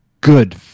good